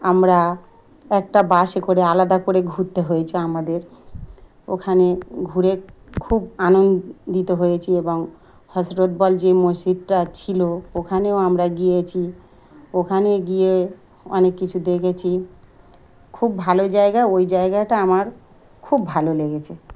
আমরা একটা বাসে করে আলাদা করে ঘুরতে হয়েছি আমাদের ওখানে ঘুরে খুব আনন্দিত হয়েছি এবং হজরতবল যে মসজিদটা ছিলো ওখানেও আমরা গিয়েছি ওখানে গিয়ে অনেক কিছু দেখেছি খুব ভালো জায়গা ওই জায়গাটা আমার খুব ভালো লেগেছে